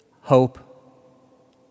hope